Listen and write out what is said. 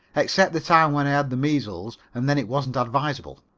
except the time when i had the measles and then it wasn't advisable.